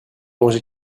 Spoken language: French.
mangé